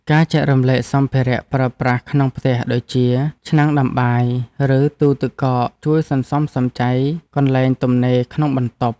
ការចែករំលែកសម្ភារៈប្រើប្រាស់ក្នុងផ្ទះដូចជាឆ្នាំងដាំបាយ ឬទូទឹកកកជួយសន្សំសំចៃកន្លែងទំនេរក្នុងបន្ទប់។